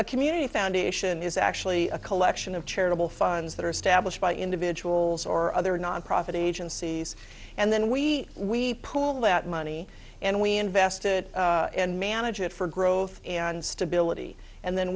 a community foundation is actually a collection of charitable funds that are established by individuals or other nonprofit agencies and then we we pool that money and we invest it and manage it for growth and stability and then